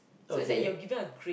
so it's like you are given a grade